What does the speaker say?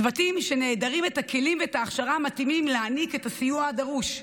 צוותים שנעדרים את הכלים ואת ההכשרה המתאימים להעניק את הסיוע הדרוש.